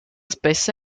spessa